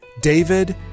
David